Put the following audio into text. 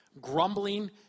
grumbling